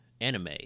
anime